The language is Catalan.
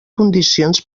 condicions